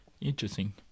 interesting